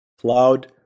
cloud